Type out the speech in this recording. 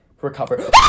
recover